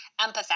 empathetic